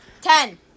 Ten